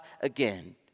again